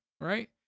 right